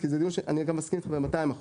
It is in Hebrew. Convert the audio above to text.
אני גם מסכים איתך ב-200%.